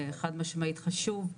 חד משמעית חשוב,